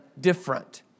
different